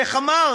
איך אמר?